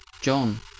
John